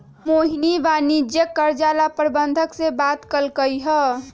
मोहिनी वाणिज्यिक कर्जा ला प्रबंधक से बात कलकई ह